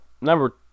number